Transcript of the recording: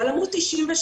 על עמוד 93,